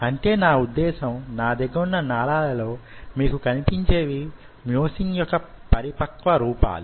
అంటే నా ఉద్దేశం నా దగ్గర వున్ననాళాలలో మీకు కనిపించేవి మ్యోసిన్ యొక్క పరిపక్వ రూపములు